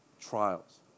trials